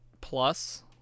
Plus